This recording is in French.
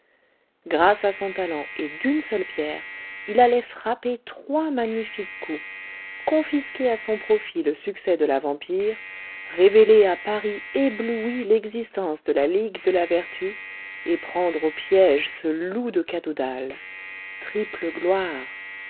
grâce à son talent et d'une seule pierre il allait frapper trois magnifiques coups confisquer à son profit le succès de la vampire révéler à paris ébloui l'existence de la ligue de la vertu et prendre au piège ce loup de cadoudal triple gloire